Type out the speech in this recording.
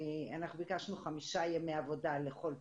אנחנו ביקשנו חמישה ימי עבודה לכל פנייה,